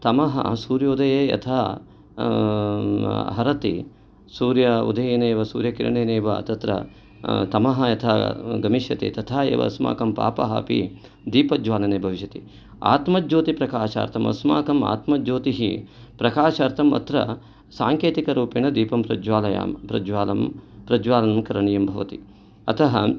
तमः सूर्योदये यथा हरति सूर्य उदयेनैव सूर्यकिरणेनैव तत्र तमः यथा गमिष्यति तथा एव अस्माकं पापाः अपि दीपज्ज्वालने भविष्यति आत्मज्योति प्रकाशार्थम् अस्माकम् आत्मज्योतिः प्रकाशार्थम् अत्र साङ्केतिकरूपेण दीपं प्रज्ज्वालयाम् प्रज्ज्वालं प्रज्ज्वालनं करणीयं भवति अतः